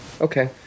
Okay